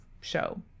show